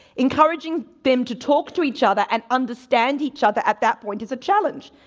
encouraging them to talk to each other and understand each other at that point is a challenge.